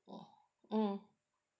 mm